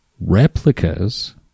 replicas